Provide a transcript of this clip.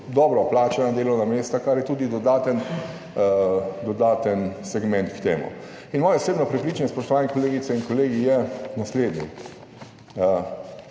dobro plačana delovna mesta, kar je tudi dodaten segment tega. Moje osebno prepričanje, spoštovane kolegice in kolegi, je naslednje